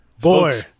Boy